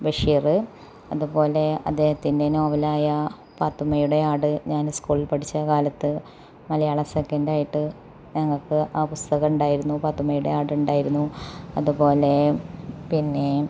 ബഷീറ് അതുപോലെ അദ്ദേഹത്തിന്റെ നോവലായ പാത്തുമ്മയുടെ ആട് ഞാന് സ്കൂളില് പഠിച്ച കാലത്ത് മലയാളം സെക്കൻടായ്ട്ട് ഞങ്ങള്ക്ക് ആ പുസ്തകവുണ്ടാരുന്നു പാത്തുമ്മയുടെ ആടുണ്ടാരുന്നു അതുപോലേ പിന്നേ